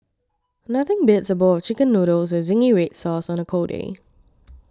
nothing beats a bowl of Chicken Noodles with Zingy Red Sauce on a cold day